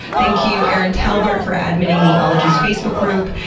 thank you, erin talbert, for adminning the ologies facebook group,